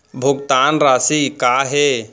भुगतान राशि का हे?